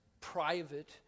private